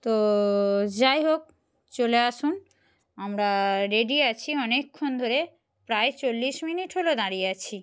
তো যাই হোক চলে আসুন আমরা রেডি আছি অনেকক্ষণ ধরে প্রায় চল্লিশ মিনিট হলো দাঁড়িয়ে আছি